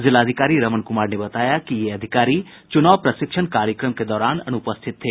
जिलाधिकारी रमन कुमार ने बताया कि ये अधिकारी च्नाव प्रशिक्षण कार्यक्रम के दौरान अनुपस्थित थे